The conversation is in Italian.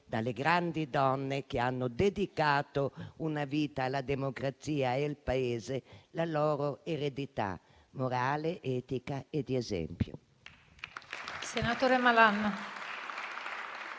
dalle grandi donne che hanno dedicato una vita alla democrazia e al Paese, la loro eredità morale, etica e di esempio.